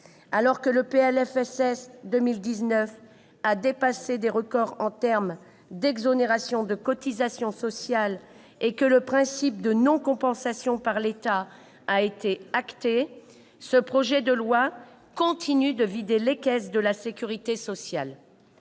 Alors que le PLFSS pour 2019 a battu des records en matière d'exonération de cotisations sociales et que le principe de non-compensation par l'État a été acté, ce projet de loi continue de vider les caisses de la sécurité sociale.